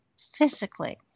physically